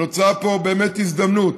נוצרה פה באמת הזדמנות